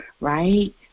right